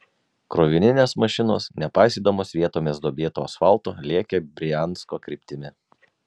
krovininės mašinos nepaisydamos vietomis duobėto asfalto lėkė briansko kryptimi